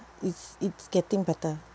it's it's getting better